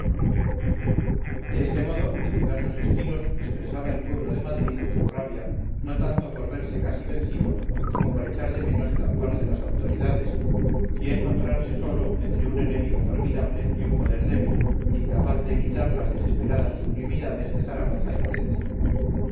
de este modo en diversos estilos expresaba el pueblo de madrid su rabia no tanto por verse casi vencido como por echar de menos el amparo de las autoridades y encontrarse solo entre un enemigo formidable y un poder débil incapaz de imitar las desesperadas sublimidades de zaragoza y valencia